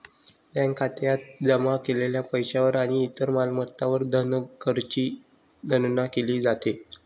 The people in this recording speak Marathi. बँक खात्यात जमा केलेल्या पैशावर आणि इतर मालमत्तांवर धनकरची गणना केली जाते